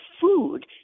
food